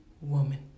woman